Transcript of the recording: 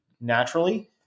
naturally